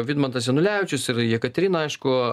vidmantas janulevičius ir jekaterina aišku